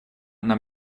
нам